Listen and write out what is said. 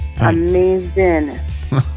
Amazing